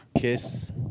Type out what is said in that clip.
kiss